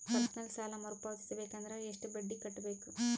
Personal ಸಾಲ ಮರು ಪಾವತಿಸಬೇಕಂದರ ಎಷ್ಟ ಬಡ್ಡಿ ಕಟ್ಟಬೇಕು?